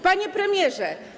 Panie Premierze!